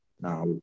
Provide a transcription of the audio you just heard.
Now